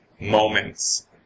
moments